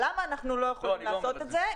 למה אנחנו לא יכולים לעשות את זה?